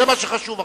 זה מה שחשוב עכשיו.